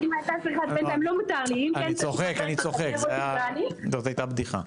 אני צוחק, זאת הייתה בדיחה.